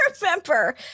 remember